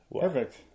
Perfect